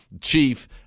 chief